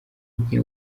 nke